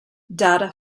data